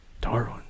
Darwin